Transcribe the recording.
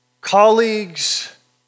colleagues